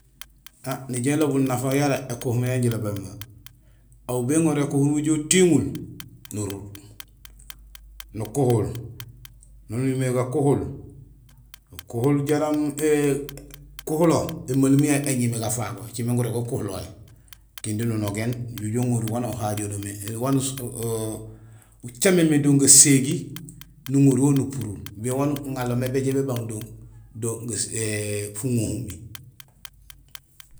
Ah nijoow ilobul nafa yara ékuhum yan jilobémé. Aw béŋoru ékuhumi ujoow utiŋul nuruur nukuhul. Naan uñumé gakuhul, nukuhul jaraam ékuhulo, émalum yayu éñumé gafago écimé guloob gukulohé, kindi nunogéén nujoow ujo uŋorul waan aw uhajo do mé, waan ucaméén mé do gaségi nuŋoruwo nupurul ou bien waan uŋanlomé béjoow bébang do fuŋohumi